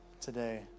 today